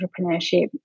entrepreneurship